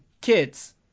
kids